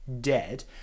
dead